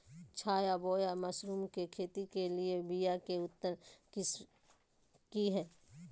छत्ता बोया मशरूम के खेती के लिए बिया के उन्नत किस्म की हैं?